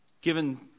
given